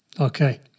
Okay